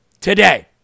today